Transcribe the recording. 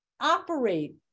operate